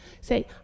Say